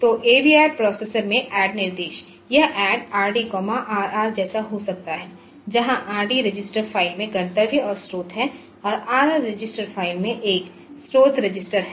तो AVR processor में ADD निर्देश यह add Rd Rr जैसा हो सकता है जहाँ Rd रजिस्टर फ़ाइल में गंतव्य और स्रोत है और Rr रजिस्टर फ़ाइल में एक स्रोत रजिस्टर है